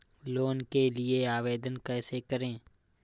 Loan के लिए आवेदन कैसे करें?